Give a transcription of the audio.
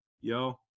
Yo